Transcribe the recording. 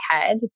head